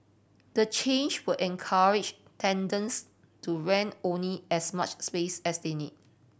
the change will encourage tenants to rent only as much space as they need